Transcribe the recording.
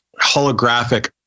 holographic